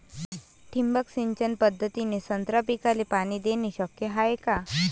ठिबक सिंचन पद्धतीने संत्रा पिकाले पाणी देणे शक्य हाये का?